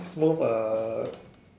smove uh